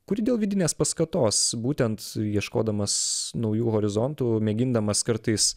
kuri dėl vidinės paskatos būtent ieškodamas naujų horizontų mėgindamas kartais